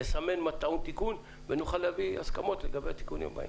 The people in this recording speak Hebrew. נסמן מה טעון תיקון ונוכל להביא הסכמות לגבי התיקונים הבאים.